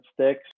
sticks